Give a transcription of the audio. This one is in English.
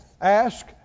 Ask